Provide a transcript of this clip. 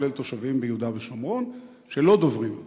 כולל תושבים ביהודה ושומרון שלא דוברים עברית.